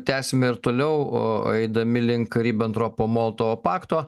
tęsime ir toliau eidami link ribentropo molotovo pakto